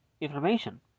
information